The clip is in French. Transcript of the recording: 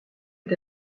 est